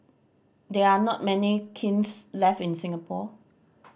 there are not many kilns left in Singapore